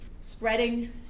spreading